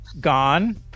Gone